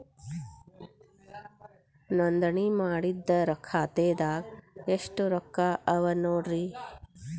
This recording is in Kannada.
ನೋಂದಣಿ ಮಾಡಿದ್ದ ಖಾತೆದಾಗ್ ಎಷ್ಟು ರೊಕ್ಕಾ ಅವ ನೋಡ್ರಿ